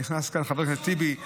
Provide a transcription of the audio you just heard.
נכנס לכאן חבר הכנסת טיבי,